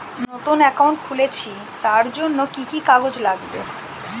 নতুন অ্যাকাউন্ট খুলছি তার জন্য কি কি কাগজ লাগবে?